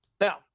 Now